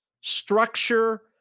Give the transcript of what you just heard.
structure